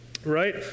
right